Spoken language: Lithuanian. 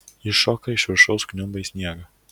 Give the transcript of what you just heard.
ji šoka iš viršaus kniumba į sniegą